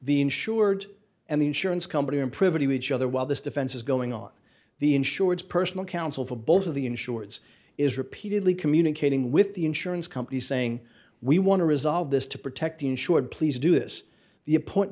the insured and the insurance company in privity which other while this defense is going on the insurance personal counsel for both of the insurance is repeatedly communicating with the insurance companies saying we want to resolve this to protect the insured please do this the appoint